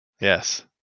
Yes